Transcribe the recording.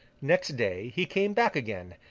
next day, he came back again,